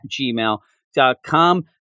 gmail.com